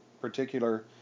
particular